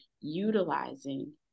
utilizing